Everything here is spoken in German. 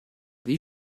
wie